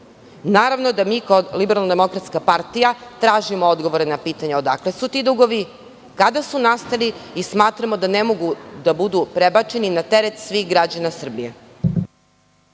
Naravno da mi kao LDP tražimo odgovore na pitanja odakle su ti dugovi, kada su nastali i smatramo da ne mogu da budu prebačeni na teret svih građana Srbije.